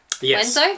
yes